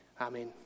Amen